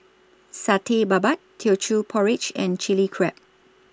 Satay Babat Teochew Porridge and Chili Crab